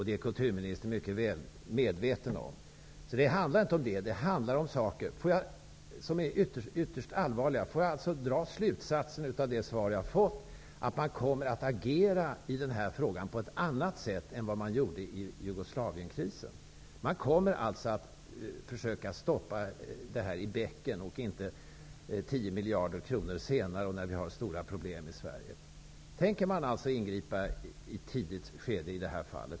Det är kulturministern väl medveten om. Det handlar inte om det. Det handlar om saker som är ytterst allvarliga. Får jag dra slutsatsen av det svar jag har fått, att man kommer att agera på ett annat sätt i den här frågan än man gjorde i fråga om Jugoslavienkrisen? Man kommer alltså att försöka stämma i bäcken och inte 10 miljarder kronor senare, när vi har stora problem i Sverige. Tänker man alltså ingripa i ett tidigt skede i detta fall?